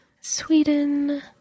Sweden